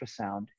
ultrasound